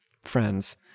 friends